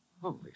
Holy